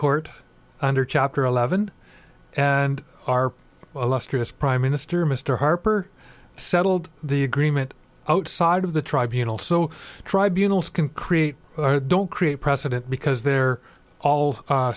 court under chapter eleven and our last year as prime minister mr harper settled the agreement outside of the tribunals so tribunals can create don't create precedent because they're all